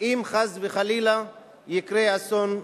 אם חס וחלילה יקרה אסון,